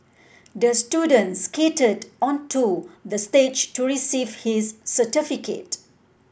the student skated onto the stage to receive his certificate